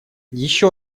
еще